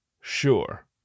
sure